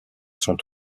sont